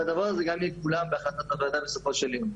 והדבר הזה גם יגולם בהחלטת הוועדה בסופו של יום.